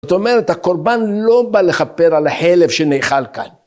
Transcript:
זאת אומרת, הקרבן לא בא לכפר על החלב שנאכל כאן.